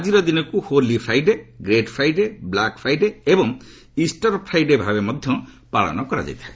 ଆଜିର ଦିନକୁ holy Friday' great Friday' black Friday' ଏବଂ ଇଷ୍ଟର ଫ୍ରାଇଡେ' ଭାବେ ମଧ୍ୟ ପାଳନ କରାଯାଇଥାଏ